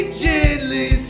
gently